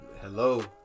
Hello